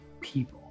people